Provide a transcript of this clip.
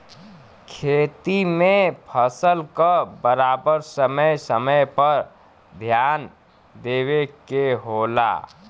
खेती में फसल क बराबर समय समय पर ध्यान देवे के होला